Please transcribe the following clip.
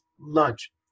lunch